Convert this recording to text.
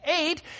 eight